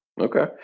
Okay